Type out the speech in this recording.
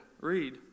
read